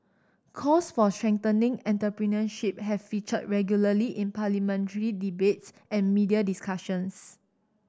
calls for strengthening entrepreneurship have featured regularly in parliamentary debates and media discussions